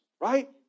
right